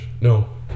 No